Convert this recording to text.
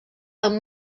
amb